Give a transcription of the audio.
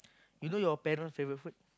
you know your parent favourite food